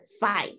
five